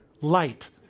light